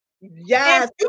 Yes